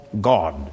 God